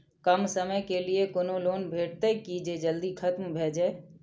कम समय के लीये कोनो लोन भेटतै की जे जल्दी खत्म भे जे?